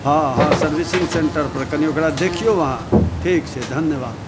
हँ हँ सर्वसिंग सेन्टरपर कनि ओकरा देखियौ अहाँ ठीक छै धन्यवाद